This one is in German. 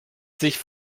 sich